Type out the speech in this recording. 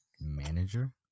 Manager